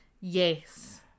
yes